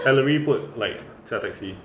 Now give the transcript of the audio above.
alerie put like 驾 taxi